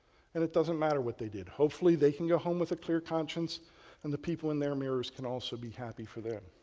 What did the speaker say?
and it doesn't matter what they did. hopefully, they can go home with a clear conscience and the people in their mirrors can also be happy for them.